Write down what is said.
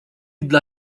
dla